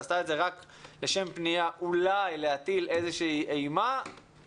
והיא עשתה את זה רק לשם אולי הטלת אימה לכאורה,